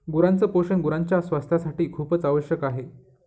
गुरांच पोषण गुरांच्या स्वास्थासाठी खूपच आवश्यक आहे